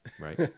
right